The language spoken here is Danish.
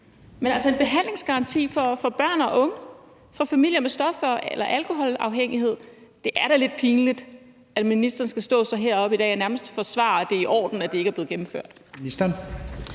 handler omen behandlingsgaranti for børn og unge og for familier med stof- eller alkoholafhængighed. Det er da lidt pinligt, at ministeren så skal stå her og nærmest forsvare, at det i orden, at det ikke er blevet gennemført.